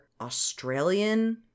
Australian